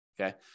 okay